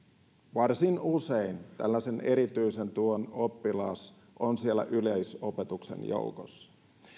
varsin usein tällaisen erityisen tuen oppilas on siellä yleisopetuksen joukossa